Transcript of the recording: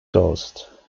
ghost